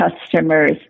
customers